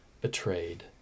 betrayed